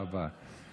תודה רבה.